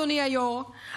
אדוני היו"ר,